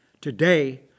Today